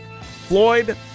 Floyd